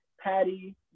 Patty